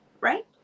Right